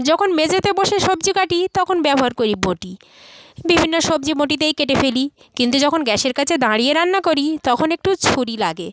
যখন মেজেতে বসে সবজি কাটি তখন ব্যবহার করি বঁটি বিভিন্ন সবজি বঁটিতেই কেটে ফেলি কিন্তু যখন গ্যাসের কাছে দাঁড়িয়ে রান্না করি তখন একটু ছুরি লাগে